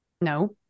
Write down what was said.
No